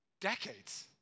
decades